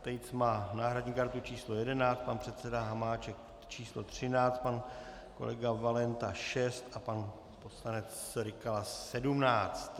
Tejc má náhradní kartu číslo 11, pan předseda Hamáček číslo 13, pan kolega Valenta 6 a pan poslanec Rykala 17.